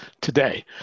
today